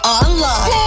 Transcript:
online